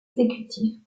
exécutif